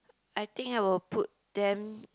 I think I will put them